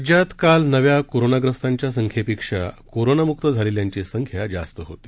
राज्यात काल नव्या कोरोनाग्रस्तांच्या संख्येपेक्षा कोरोनाम्क्त झालेल्यांची संख्या जास्त होती